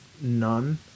none